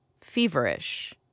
feverish